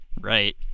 Right